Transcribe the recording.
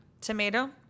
Tomato